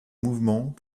mouvement